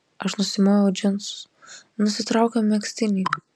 aš nusimoviau džinsus nusitraukiau megztinį